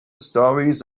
stories